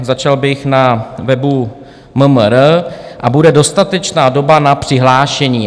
Začal bych na webu MMR, a bude dostatečná doba na přihlášení.